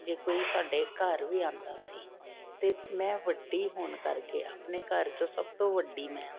ਜੇ ਕੋਈ ਤੁਹਾਡੇ ਘਰ ਵੀ ਆਉਂਦਾ ਸੀ ਅਤੇ ਮੈਂ ਵੱਡੀ ਹੋਣ ਕਰਕੇ ਆਪਣੇ ਘਰ 'ਚੋਂ ਸਭ ਤੋਂ ਵੱਡੀ ਮੈਂ ਵਾ